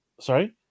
sorry